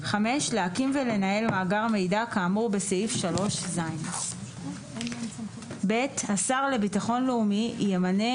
להקים ולנהל מאגר מידע כאמור בסעיף 3ז. (ב) השר לביטוח לאומי ימנה